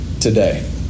today